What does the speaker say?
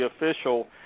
official